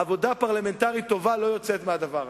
עבודה פרלמנטרית טובה לא יוצאת מהדבר הזה.